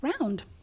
round